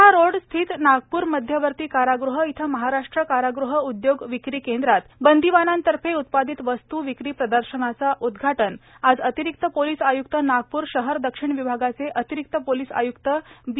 Wardha road स्थित नागपूर मध्यवर्ती कारागृह इथं महाराष्ट्र कारागृह उद्योग विक्री केंद्रात बंदिवानातर्फे उत्पादित वस्तू विक्री प्रदर्शनाचं उद्वाटन आज नागपूर शहर दक्षिण विभागाचे अतिरिक्त पोलिस आयुक्त बी